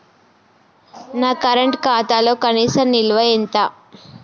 నా కరెంట్ ఖాతాలో కనీస నిల్వ ఎంత?